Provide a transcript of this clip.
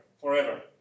forever